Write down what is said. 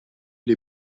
les